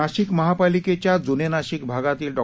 नाशिक महापालिकेच्या जुने नाशिक भागातील डॉ